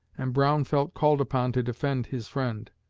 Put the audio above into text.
and brown felt called upon to defend his friend.